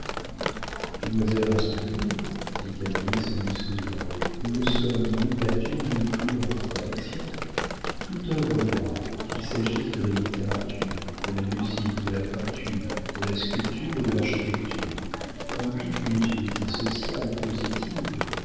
mademoiselle rassurez-vous dit canalis en lui souriant nous ne sommes ni battus ni pris en contradiction toute œuvre d'art qu'il s'agisse de la littérature de la musique de la peinture de la sculpture ou de l'architecture implique une utilité sociale positive